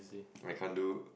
I can't do